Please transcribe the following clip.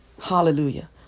Hallelujah